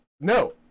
No